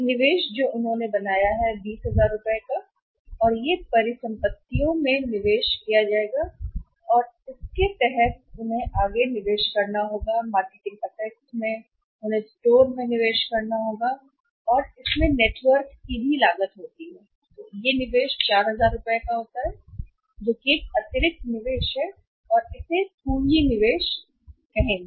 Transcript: एक निवेश जो उन्होंने बनाया है वह है 20000 की निर्माण परिसंपत्तियों में निवेश रुपये और उनके बनाने विनिर्माण क्षेत्र में निवेश के तहत आगे निवेश करना संपत्ति मार्केटिंग एसेट्स हो सकते हैं कि उन्हें स्टोर में निवेश करना होगा या निर्माण करना हो सकता है नेटवर्क में इसकी लागत होती है और यह निवेश 4000 रुपये का होता है जो अतिरिक्त निवेश है और यह निवेश यह होगा कि आप देख सकते हैं कि यह पूंजी निवेश है